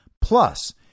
plus